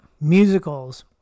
musicals